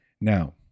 now